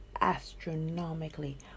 astronomically